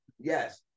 Yes